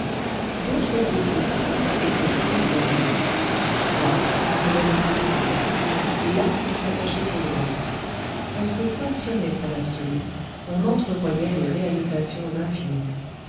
d'autres groupes d'esprits étaient plus sérieux là on sondait le principe là on s'attachait au droit on se passionnait pour l'absolu on entrevoyait les réalisations infinies